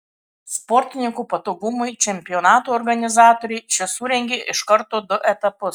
sportininkų patogumui čempionato organizatoriai čia surengė iš karto du etapus